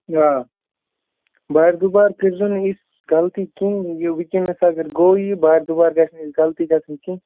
آ بارِدُبار کٔرۍزیو نہٕ یِژھ غلطی کیٚنٛہہ یہِ وٕنۍکٮ۪نَس اگر گوٚو یہِ بارِدُبار گژھِ نہٕ یِژھ غلطی گَژھنۍ کیٚنٛہہ